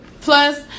Plus